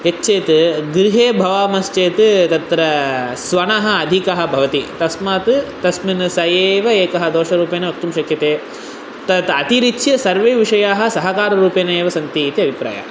यच्चेत् गृहे भवामश्चेत् तत्र स्वनः अधिकः भवति तस्मात् तस्मिन् सः एव एकः दोषरूपेण वक्तुं शक्यते तत् अतिरिच्य सर्वेविषयाः सहकाररूपेण एव सन्ति इति अभिप्रायः